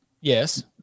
Yes